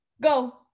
Go